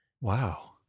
wow